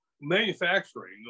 manufacturing